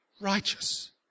righteous